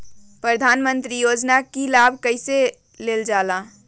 प्रधानमंत्री योजना कि लाभ कइसे लेलजाला?